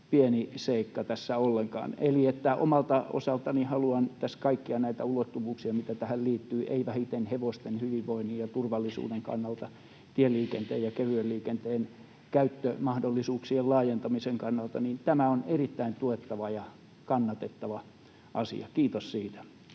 pieni seikka ollenkaan. Eli omalta osaltani haluan nostaa esiin kaikkia näitä ulottuvuuksia, mitä tähän liittyy, ei vähiten hevosten hyvinvoinnin ja turvallisuuden kannalta, tieliikenteen ja kevyen liikenteen käyttömahdollisuuksien laajentamisen kannalta. Tämä on erittäin tuettava ja kannatettava asia. Kiitos siitä.